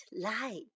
light